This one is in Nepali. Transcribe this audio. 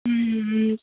उम् हुन्छ